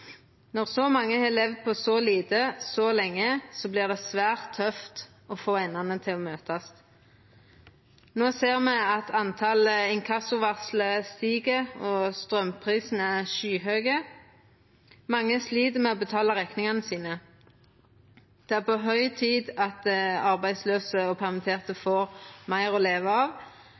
Når så mange har levd på så lite så lenge, vert det svært tøft å få endane til å møtast. No ser me at talet på inkassovarsel stig, og straumprisane er skyhøge. Mange slit med å betala rekningane sine. Det er på høg tid at arbeidslause og permitterte får meir å leva av.